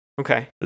Okay